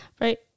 Right